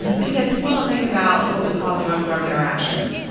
because people don't think about what we call drug-drug interactions.